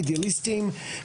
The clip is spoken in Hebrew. אידיאליסטים,